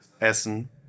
Essen